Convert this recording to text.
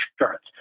insurance